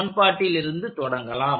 சமன்பாட்டில் இருந்து தொடங்கலாம்